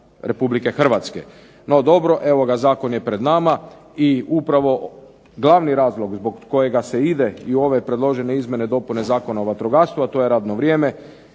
sigurnost građana RH. No dobro, evo ga zakon je pred nama i upravo glavni razlog zbog kojega se ide i u ove predložene izmjene i dopune Zakona o vatrogastvu, a to je radno vrijeme,